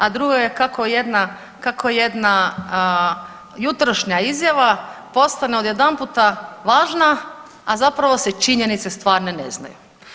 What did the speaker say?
A drugo je kako jedna jutrošnja izjava postane odjedanputa važna, a zapravo se činjenice stvarne ne znaju.